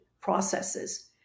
processes